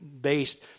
based